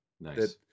Nice